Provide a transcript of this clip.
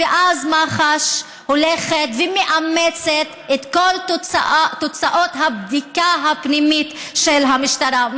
ואז מח"ש מאמצת את כל תוצאות הבדיקה הפנימית של המשטרה.